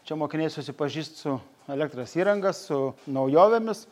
čia mokiniai susipažįst su elektros įranga su naujovėmis